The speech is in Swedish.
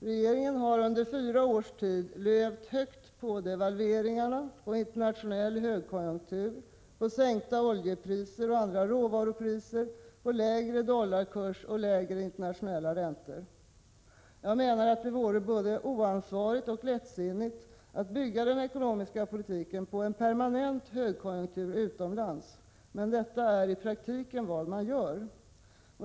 Regeringen har under fyra år levt högt på devalveringarna, på internationell högkonjunktur, på sänkta oljepriser och andra råvarupriser, på lägre dollarkurs och lägre internationella räntor. Jag menar att det vore både oansvarigt och lättsinnigt att bygga den ekonomiska politiken på en permanent högkonjunktur utomlands, men detta är i praktiken vad man gör.